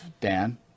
dan